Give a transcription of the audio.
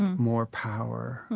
more power,